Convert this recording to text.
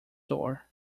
door